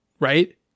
Right